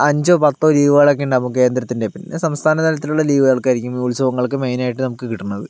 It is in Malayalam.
അഞ്ചോ പത്തോ ലീവുകൾ ഒക്കെ ഉണ്ട് നമുക്ക് കേന്ദ്രത്തിന്റെ പിന്നെ സംസ്ഥാന തലത്തിലുള്ള ലിവുകൾക്കായിരിക്കും ഉത്സവങ്ങൾക്കും മെയിനായിട്ട് നമുക്ക് കിട്ടണത്